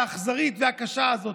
האכזרית והקשה הזאת,